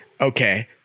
Okay